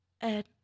ed